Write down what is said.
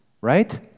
Right